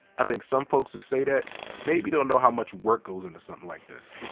i think some folks who say that maybe don't know how much work goes into something like this.